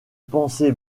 pensée